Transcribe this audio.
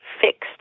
fixed